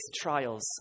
trials